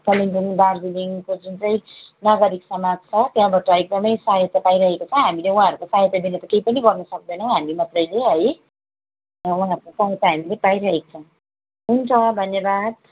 कालिम्पोंग दार्जिलिङको जुन चाहिँ नागरिक समाज छ त्यहाँबाट एकदमै सहायता पाइरहेको छ हामीले उहाँहरूको सहायता बिना त केही पनि गर्न सक्दैनौँ हामी मात्रले है उहाँहरूको सहायता हामीले पाइरहेका छौँ हुन्छ धन्यबाद